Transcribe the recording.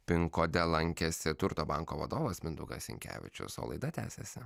pinkode lankėsi turto banko vadovas mindaugas sinkevičius o laida tęsiasi